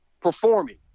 performing